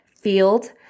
field